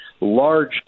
large